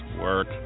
work